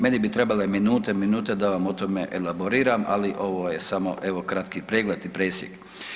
Meni bi trebale minute i minute da vam o tome elaboriram, ali ovo je samo evo kratki pregled i presjek.